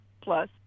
plus